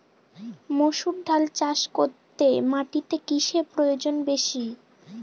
মুসুর ডাল চাষ করতে মাটিতে কিসে প্রয়োজন বেশী?